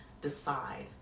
decide